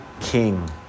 king